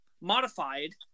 modified